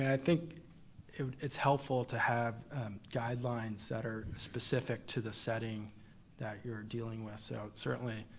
i think it's helpful to have guidelines that are specific to the setting that you're dealing with, so it's certainly,